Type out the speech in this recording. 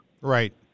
Right